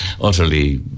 utterly